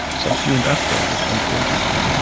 subsumed asperger's under autism.